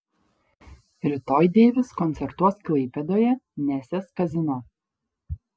rytoj deivis koncertuos klaipėdoje nesės kazino